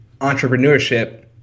entrepreneurship